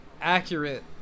accurate